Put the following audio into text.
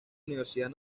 universidad